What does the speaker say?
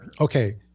Okay